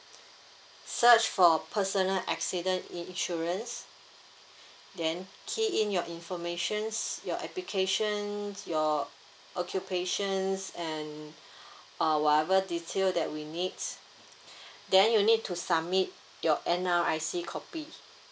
search for personal accident insurance then key in your information your application your occupation and uh whatever detail that we need then you need to submit your N_R_I_C copy